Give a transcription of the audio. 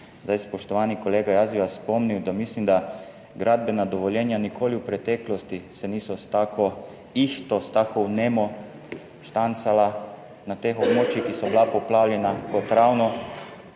Zdaj spoštovani kolega, jaz bi vas spomnil, da mislim, da gradbena dovoljenja nikoli v preteklosti se niso s tako ihto, s tako vnemo štancala na teh območjih, ki so bila poplavljena, kot ravno